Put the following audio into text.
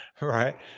right